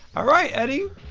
all right, eddie.